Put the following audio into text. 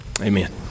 Amen